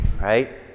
Right